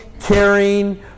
caring